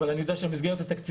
אבל אני יודע שהמסגרת התקציבית,